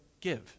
give